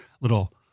little